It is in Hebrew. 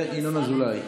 וינון אזולאי.